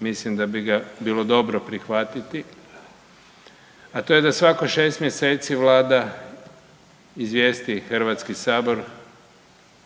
mislim da bi ga bilo dobro prihvatiti, a to je da svako šest mjeseci vlada izvijesti HS